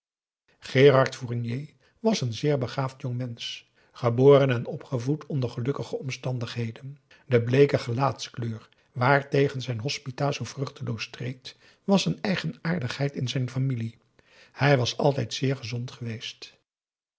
gérard fournier was een zeer begaafd jongmensch geboren en opgevoed onder gelukkige omstandigheden de bleeke gelaatskleur waartegen zijn hospita zoo vruchteloos streed was een eigenaardigheid in zijn familie hij was altijd zeer gezond geweest